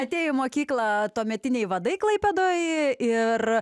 atėjo į mokyklą tuometiniai vadai klaipėdoj ir